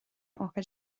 ócáid